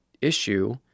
issue